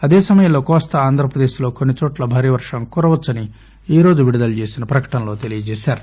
అదేసమయంలో కోస్తా ఆంధ్రప్రదేశ్లో కొన్పిచోట్ల భారీ వర్షం కురవవచ్చని ఈరోజు విడుదల చేసిన ప్రకటనలో తెలిపింది